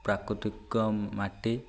ପ୍ରାକୃତିକ ମାଟି